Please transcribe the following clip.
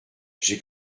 j’ai